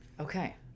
Okay